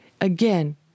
again